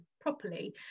properly